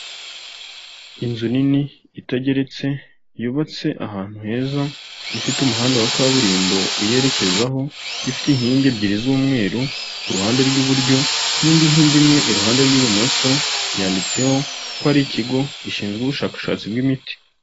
Inzu nini itageretse, yubatse ahantu heza, ifite umuhanda wa kaburimbo uyerekezaho, ifite inkingi ebyiri z'umweru ku ruhande rw'iburyo n'indi nkingi imwe iruhande rw'ibumoso, yanditseho ko ari ikigo gishinzwe ubushakashatsi bw'imiti.